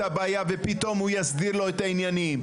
הבעיה ופתאום הוא יסדיר לו את העניינים.